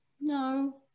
no